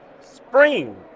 Spring